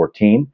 2014